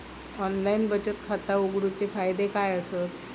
Online बचत खाता उघडूचे फायदे काय आसत?